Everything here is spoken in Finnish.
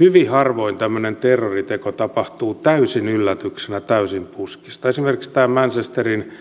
hyvin harvoin tämmöinen terroriteko tapahtuu täysin yllätyksenä täysin puskista esimerkiksi tämä manchesterin